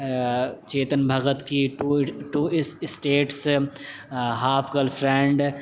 چیتن بھگت کی two two states half girl friend